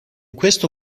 questo